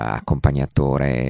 accompagnatore